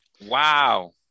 Wow